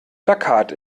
plakat